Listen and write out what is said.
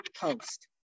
Post